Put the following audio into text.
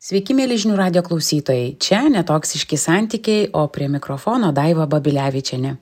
sveiki mieli žinių radijo klausytojai čia netoksiški santykiai o prie mikrofono daiva babilevičienė